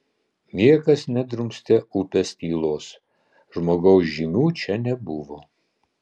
niekas nedrumstė upės tylos žmogaus žymių čia nebuvo